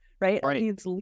right